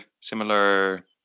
similar